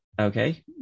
okay